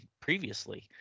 previously